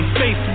face